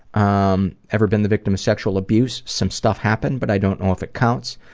um ever been the victim of sexual abuse some stuff happened but i don't know if it counts.